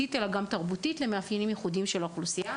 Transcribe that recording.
שפתית ותרבותית למאפיינים ייחודיים של האוכלוסייה.